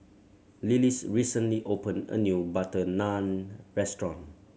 Lillis recently opened a new butter Naan Restaurant